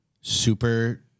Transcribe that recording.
super